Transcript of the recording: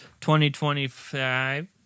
2025